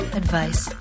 advice